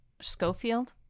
schofield